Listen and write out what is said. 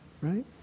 right